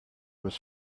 was